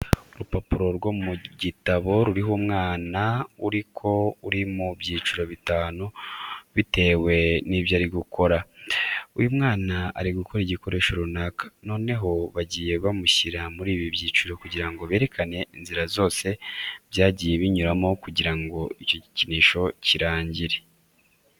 Urupapuro rwo mu gitabo ruriho umwana ariko uri mu byiciro bitanu bitewe n'ibyo ari gukora. Uyu mwana ari gukora igikinisho runaka, noneho bagiye bamushyira muri ibi byiciro kugira ngo berekane inzira zose byagiye binyuramo kugira ngo icyo gikinisho kirangire.